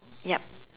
yup